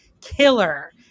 killer